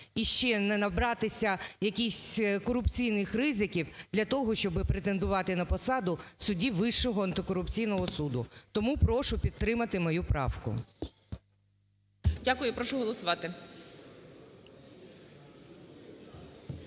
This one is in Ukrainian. і ще не набратися якихось корупційних ризиків для того, щоб претендувати на посаду судді Вищого антикорупційного суду. Тому прошу підтримати мою правку. ГОЛОВУЮЧИЙ. Дякую. Прошу голосувати.